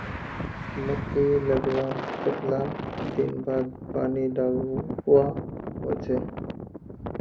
मकई लगवार कतला दिन बाद पानी डालुवा होचे?